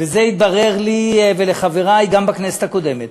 וזה התברר לי ולחברי גם בכנסת הקודמת,